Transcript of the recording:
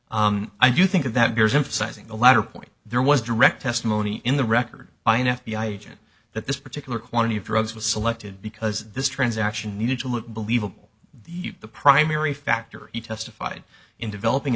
i do think that there's emphasizing the latter point there was direct testimony in the record by an f b i agent that this particular quantity of drugs was selected because this transaction needed to look believable the primary factor he testified in developing an